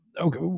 okay